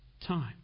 time